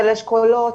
של אשכולות,